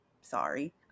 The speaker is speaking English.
sorry